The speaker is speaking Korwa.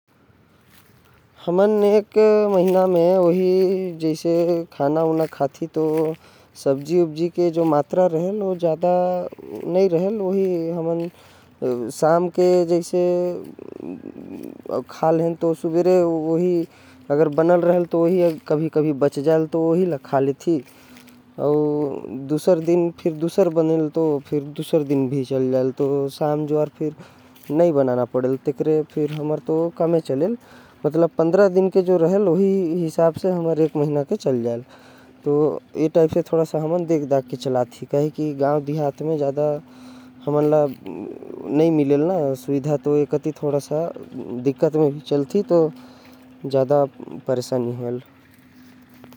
हमन के ज्यादा सुविधा नई मिलेल गाव कति। तो हमन अलग अलग सब्जी ज्यादा नही खाथि। हमन के एक सब्जी सांझे बनेल तो ओला हमन सुबह भी खा लेथि। हमर 15 दिन के हिसाब से महीने भर के सब्जी बनथे।